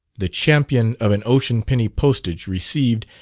the champion of an ocean penny postage received,